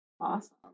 Awesome